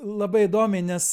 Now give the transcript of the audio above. labai įdomiai nes